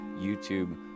YouTube